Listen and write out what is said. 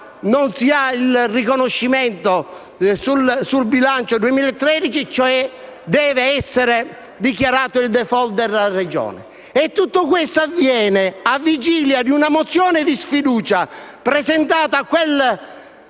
non si ha il riconoscimento del bilancio 2013 e deve essere dichiarato il *default* della Regione. Tutto questo avviene alla vigilia di una mozione di sfiducia, presentata al